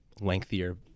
lengthier